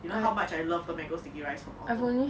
you know how much I love the mango sticky rice from ORTO